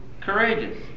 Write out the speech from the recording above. courageous